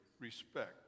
respect